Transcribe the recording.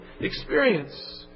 experience